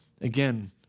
Again